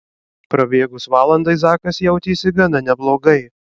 prabėgus valandai zakas jautėsi gana neblogai